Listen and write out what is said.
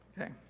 okay